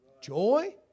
joy